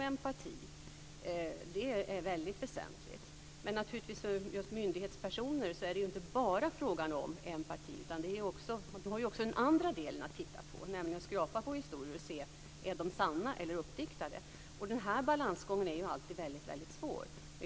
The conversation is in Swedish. Empati är väsentligt. Men för myndighetspersoner är det inte bara fråga om empati. Det finns även en annan del att titta på, nämligen att skrapa på historier och se om de är sanna eller uppdiktade. Denna balansgång är svår.